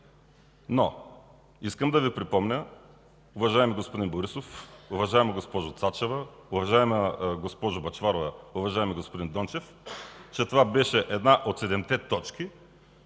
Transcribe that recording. Но искам да Ви припомня, уважаеми господин Борисов, уважаема госпожо Цачева, уважаема госпожо Бъчварова, уважаеми господин Дончев, че това беше една от седемте точки,